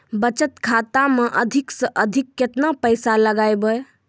बचत खाता मे अधिक से अधिक केतना पैसा लगाय ब?